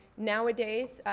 nowadays,